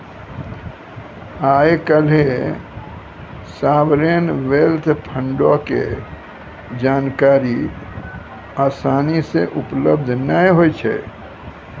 आइ काल्हि sovereign wealth फंडो के जानकारी असानी से उपलब्ध नै होय छै